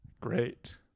great